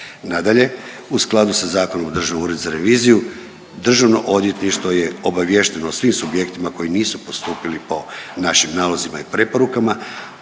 Nadalje, u skladu sa Zakonom o Državnom uredu za reviziju Državno odvjetništvo je obaviješteno o svim subjektima koji nisu postupili po našim nalozima i preporukama,